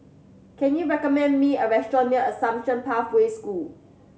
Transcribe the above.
can you recommend me a restaurant near Assumption Pathway School